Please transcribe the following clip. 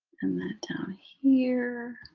down here.